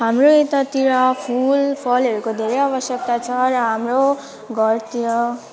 हाम्रो यतातिर फुल फलहरूको धेरै आवश्यकता छ र हाम्रो घरतिर